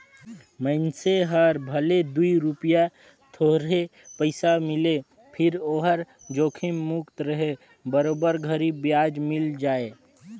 मइनसे हर भले दूई रूपिया थोरहे पइसा मिले फिर ओहर जोखिम मुक्त रहें बरोबर घरी मे बियाज मिल जाय